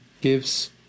gives